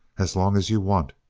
as long as you want,